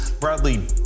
Bradley